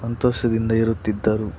ಸಂತೋಷದಿಂದ ಇರುತ್ತಿದ್ದರು